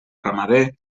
ramader